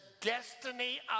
destiny